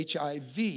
HIV